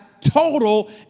total